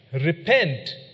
Repent